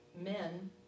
men